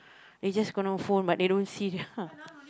they just got no phone but they don't see ya